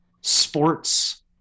sports